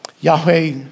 Yahweh